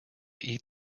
eat